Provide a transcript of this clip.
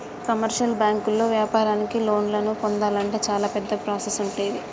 commercial బ్యాంకుల్లో వ్యాపారానికి లోన్లను పొందాలంటే చాలా పెద్ద ప్రాసెస్ ఉంటుండే